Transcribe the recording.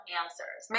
answers